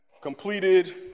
completed